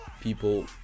people